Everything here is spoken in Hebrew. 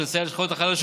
שאין להם בעיה בכלל.